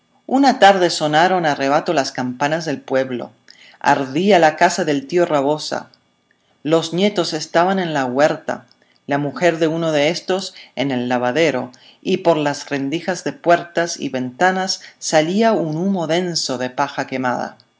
una tarde sonaron a rebato las campanas del pueblo ardía la casa del tío rabosa los nietos estaban en la huerta la mujer de uno de éstos en el lavadero y por las rendijas de puertas y ventanas salía un humo denso de paja quemada